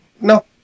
no